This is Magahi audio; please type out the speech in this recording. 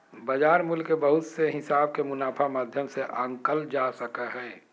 बाजार मूल्य के बहुत से हिसाब के मुनाफा माध्यम से आंकल जा हय